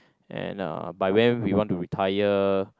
and uh by when we want to retire